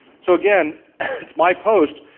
so again it's my post,